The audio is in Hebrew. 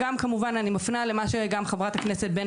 כמובן אני גם מפנה למה שחברת הכנסת בן